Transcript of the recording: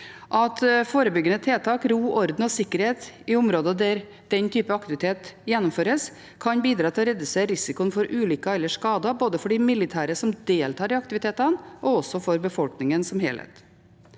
at forebyggende tiltak, ro, orden og sikkerhet i områder der den typen aktivitet gjennomføres, kan bidra til å redusere risikoen for ulykker eller skader – både for de militære som deltar i aktivitetene, og for befolkningen som helhet.